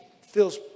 feels